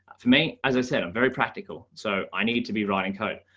me, as i said, i'm very p actical. so i need to be writin code.